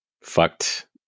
fucked